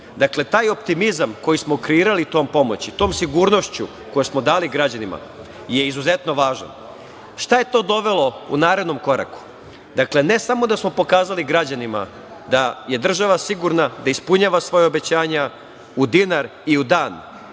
Taj optimizam koji smo kreirali tom pomoći, tom sigurnošću koju smo dali građanima je izuzetno važan. Šta je to dovelo u narednom koraku? Ne samo da smo pokazali građanima da je država sigurna, da ispunjava svoja obećanja u dinar i u dan,